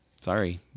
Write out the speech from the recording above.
sorry